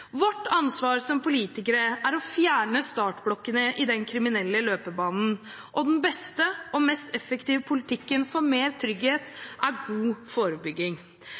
Vårt ansvar som politikere er å fjerne startblokkene i den kriminelle løpebanen, og den beste og mest effektive politikken for mer trygghet er god forebygging.